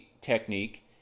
technique